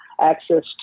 access